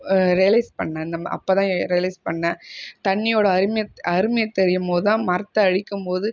realise பண்ணேன் இந்த ம அப்போதான் ரியலைஸ் பண்ணேன் தண்ணியோடய அருமை அருமை தெரியும் போது தான் மரத்தை அழிக்கும்போது